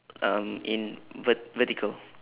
um in vert~ vertical